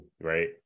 right